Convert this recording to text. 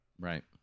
Right